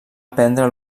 aprendre